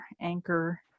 Anchor